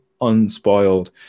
unspoiled